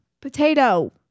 Potato